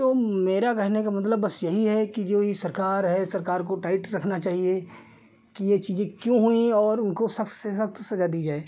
तो मेरा कहने का मतलब बस यही है कि जो यह सरकार है सरकार को टाइट रखना चाहिए कि यह चीज़ें क्यों हुईं और उनको सख्त से सख्त सजा दी जाए